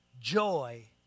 joy